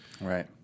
Right